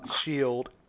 shield